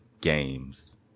games